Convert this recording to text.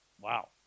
Wow